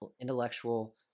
intellectual